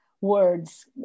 words